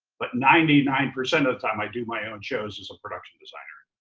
but ninety nine percent of the time i do my own shows as a production designer.